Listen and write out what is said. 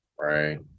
Right